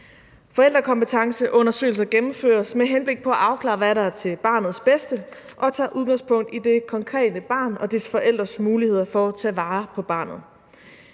Forældrekompetenceundersøgelser gennemføres med henblik på at afklare, hvad der er til barnets bedste, og tager udgangspunkt i det konkrete barn og dets forældres muligheder for at tage vare på barnet.